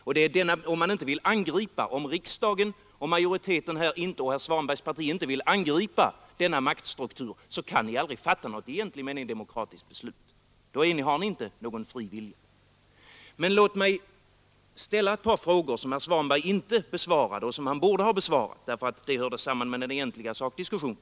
Om majoriteten — eller herr Svanbergs parti — inte vill angripa denna maktstruktur kan ni aldrig fatta något i egentlig mening demokratiskt beslut. Då har ni inte någon fri vilja. Men låt mig ställa ett par frågor, som herr Svanberg inte besvarade men borde ha besvarat, därför att de hör samman med den egentliga sakdiskussionen.